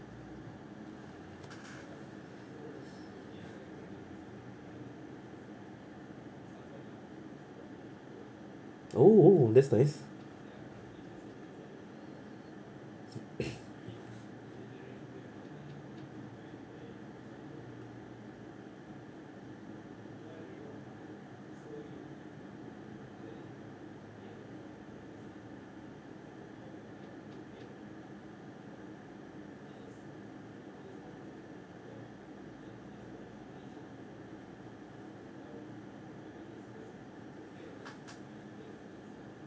oh oh that's nice